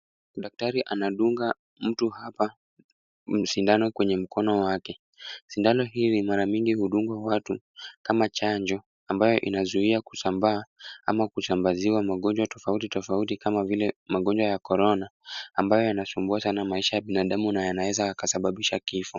Daktari anadunga mtu hapa sindano kwenye mkono wake. Sindano hii mara mingi hudungwa watu kama chanjo ambayo inayozuia kusambaa ama kusambaziwa magonjwa tofauti tofauti kama vile magonjwa ya korona, ambayo yanasumbua sana maisha ya binadamu na yanaweza yakasababisha kifo.